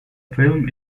film